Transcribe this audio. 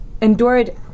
endured